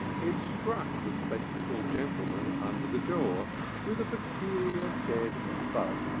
it struck the spectacled gentleman under the jaw with a peculiar dead thud,